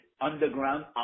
Underground